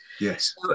Yes